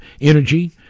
Energy